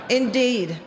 indeed